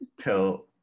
till